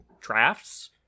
drafts